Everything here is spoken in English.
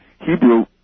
Hebrew